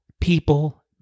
people